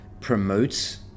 promotes